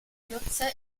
nutzer